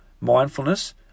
mindfulness